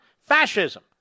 Fascism